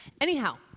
Anyhow